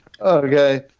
okay